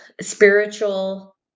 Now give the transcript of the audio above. spiritual